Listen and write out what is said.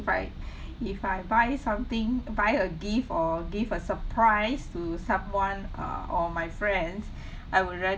if I if I buy something buy a gift or give a surprise to someone uh or my friends I would rather